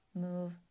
move